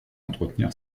entretenir